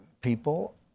people